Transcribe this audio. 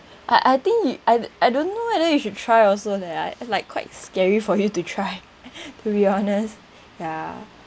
I I think I I don't know whether you should try also leh I like quite scary for you to try to be honest ya